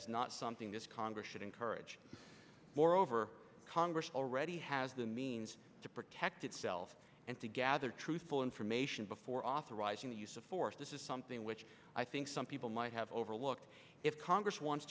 is not something this congress should encourage more over congress already has the means to protect itself and to gather truthful information before authorizing the use of force this is something which i think some people might have overlooked if congress wants